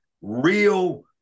real